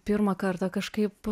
pirmą kartą kažkaip